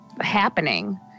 happening